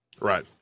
right